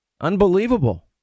Unbelievable